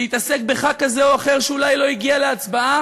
להתעסק בח"כ כזה או אחר שאולי לא הגיע להצבעה,